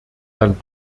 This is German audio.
dann